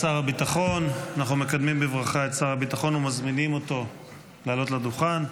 אנחנו מקדמים בברכה את שר הביטחון ומזמינים אותו לעלות לדוכן.